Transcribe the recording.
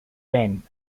ren